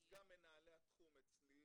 אז גם מנהלי התחום אצלי,